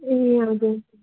ए हजुर